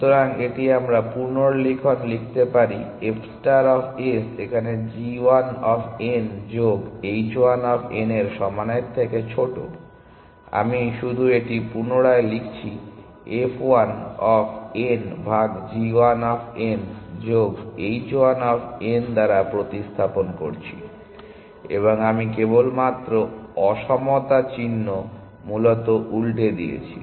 সুতরাং এটি আমরা পুনর্লিখন লিখতে পারি f ষ্টার অফ s এখানে g1 অফ n যোগ h1 অফ n এর সমানের থেকে ছোট আমি শুধু এটি পুনরায় লিখছি f 1 অফ n ভাগ g 1 অফ n যোগ h 1 অফ n দ্বারা প্রতিস্থাপন করছি এবং আমি কেবলমাত্র অসমতা চিহ্নটা মূলত উল্টে দিয়েছি